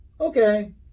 okay